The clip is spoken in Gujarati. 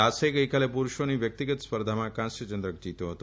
દાસે ગઇકાલે પુરૂષોની વ્યકિતગત સ્પર્ધામાં કાંસ્ય ચંદ્રક જીત્યો હતો